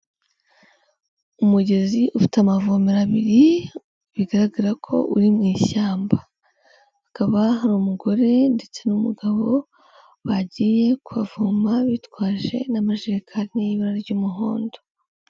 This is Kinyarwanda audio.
Umugezi ufite amavomero abiri bigaragara ko uri mu ishyamba. Hakaba hari umugore ndetse n'umugabo, bagiye kuhavoma bitwaje n'amajerekani y'ibara ry'umuhondo.